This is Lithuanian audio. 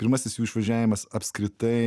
pirmasis jų išvažiavimas apskritai